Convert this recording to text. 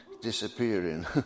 Disappearing